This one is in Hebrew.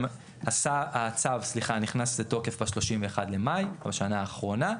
הצו נכנס לתוקף ב-31 במאי בשנה האחרונה,